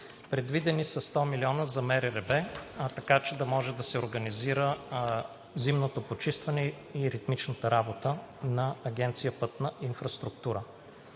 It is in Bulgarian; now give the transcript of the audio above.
Предвидени са 100 милиона за МРРБ, така че да може да се организира зимното почистване и ритмичната работа на Агенция „Пътна инфраструктура“.